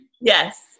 Yes